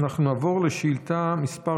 אנחנו נעבור לשאילתה מס'